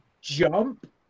jump